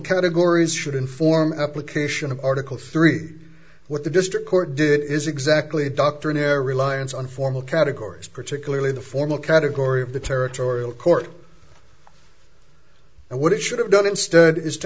categories should inform application of article three what the district court did is exactly doctrinaire reliance on formal categories particularly the formal category of the territorial court and what it should have done instead is to